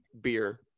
beer